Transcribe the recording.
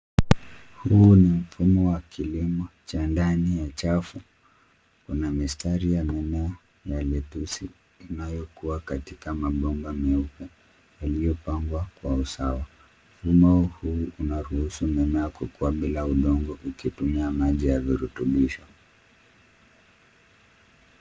Huu ni mfumo wa kilimo cha ndani ya chafu, una mistari ya mimea ya letusi inayokuwa katika mabomba meupe yaliyopangwa kwa usawa. Mfumo huu unaruhusu mimea kukuwa bila udongo ukitumia maji ya virutubisho.